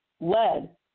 lead